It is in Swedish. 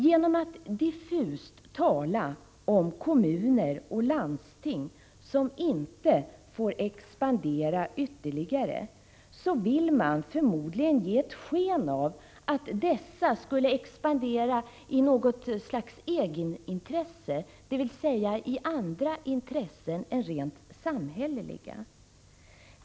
Genom att diffust tala om kommuner och landsting, som inte får expandera ytterligare, vill man förmodligen ge sken av att dessa skulle expandera i något slags egenintresse, dvs. av andra intressen än rent samhälleliga.